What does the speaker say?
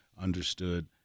understood